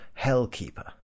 Hellkeeper